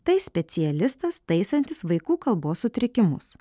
tai specialistas taisantis vaikų kalbos sutrikimus